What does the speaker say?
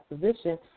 position